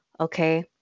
okay